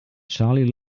charlie